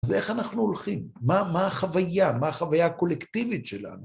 אז איך אנחנו הולכים? מה החוויה, מה החוויה הקולקטיבית שלנו?